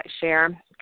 share